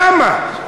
למה?